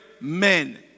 men